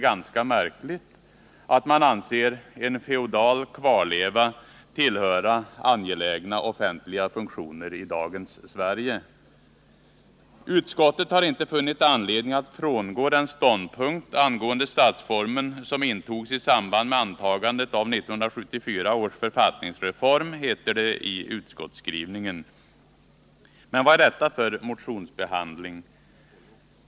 Om man anser en feodal kvarleva tillhöra angelägna offentliga funktioner i dagens Sverige är det i så fall ganska märkligt. Enligt utskottets skrivning har man inte funnit anledning att frångå den ståndpunkt angående statsformen som togs i samband med antagandet av 1974 års författningsreform. Men vad är detta för motionsbehandling?